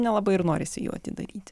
nelabai ir norisi jų atidaryti